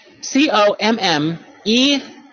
C-O-M-M-E